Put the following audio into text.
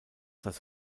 das